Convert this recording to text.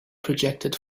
projected